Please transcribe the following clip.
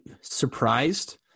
surprised